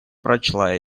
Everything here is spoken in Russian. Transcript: прочла